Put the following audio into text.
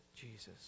Jesus